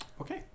Okay